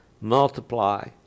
multiply